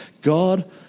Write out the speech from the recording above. God